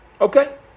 Okay